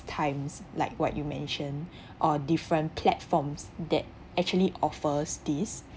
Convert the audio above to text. times like what you mentioned or different platforms that actually offers these